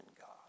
God